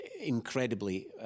incredibly